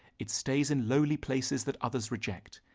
it stays in lowly places that others reject.